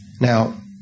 Now